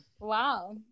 Wow